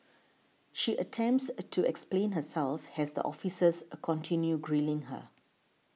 she attempts a to explain herself has the officers continue grilling her